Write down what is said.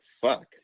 fuck